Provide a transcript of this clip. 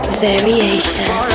variation